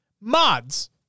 mods